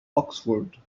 oxford